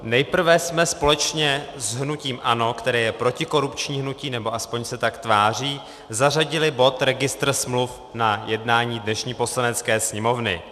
Nejprve jsme společně s hnutím ANO, které je protikorupční hnutí, nebo aspoň se tak tváří, zařadili bod registr smluv na jednání dnešní Poslanecké sněmovny.